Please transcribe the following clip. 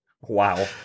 Wow